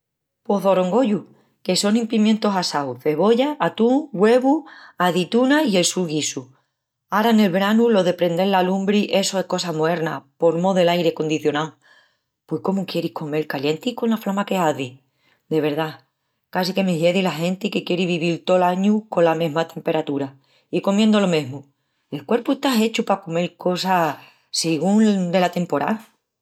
Pos çorongollu, que sonin pimientus assaus, cebolla, atún, güevus, azitunas i el su guisu. Ara nel branu lo de prendel la lumbri essu es cosa moerna por mó del'airi condicionau. Pui cómu quieris comel calienti cona flama que hazi? De verdá, quasi que me hiedi la genti que quieri vivil tol añu cola mesma temperatura i comiendu lo mesmu. El cuerpu está hechu pa comel cosas sigún dela temporá.